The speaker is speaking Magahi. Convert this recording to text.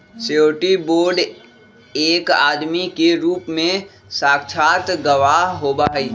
श्योरटी बोंड एक आदमी के रूप में साक्षात गवाह होबा हई